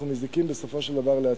אנחנו מזיקים בסופו של דבר לעצמנו,